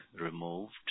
removed